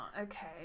okay